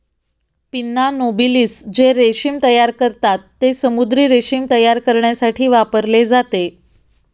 pinna nobilis जे रेशीम तयार करतात, ते समुद्री रेशीम तयार करण्यासाठी वापरले जाते